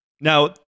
Now